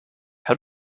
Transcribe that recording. how